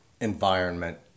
environment